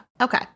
Okay